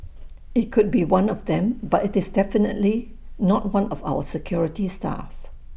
IT could be one of them but it's definitely not one of our security staff